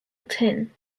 tin